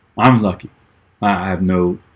i'm lucky i have no